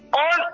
on